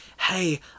hey